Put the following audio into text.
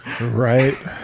Right